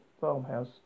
farmhouse